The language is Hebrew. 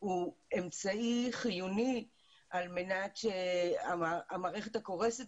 הוא אמצעי חיוני על מנת שהמערכת הקורסת